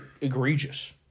egregious